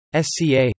SCA